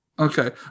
okay